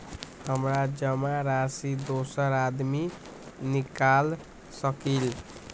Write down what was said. हमरा जमा राशि दोसर आदमी निकाल सकील?